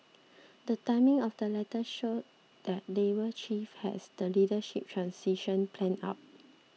the timing of the letters showed that Labour Chief has the leadership transition planned out